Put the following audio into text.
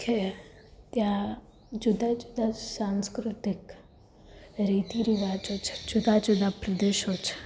કે ત્યાં જુદા જુદા સાંસ્કૃતિક રીતિ રિવાજો છે જુદા જુદા પ્રદેશો છે